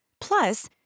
Plus